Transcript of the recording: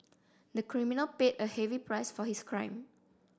the criminal paid a heavy price for his crime